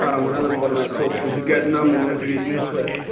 um another one of my quotes is you get numb, and then you get used to it.